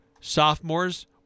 sophomores